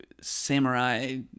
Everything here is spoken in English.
samurai